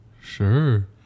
Sure